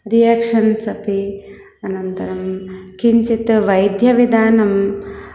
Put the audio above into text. दियाक्षन्स् अपि अनन्तरं किञ्चित् वैद्यविधानम्